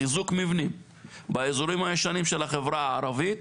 חיזוק מבנים באזורים הישנים של החברה הערבית.